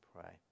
pray